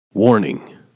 Warning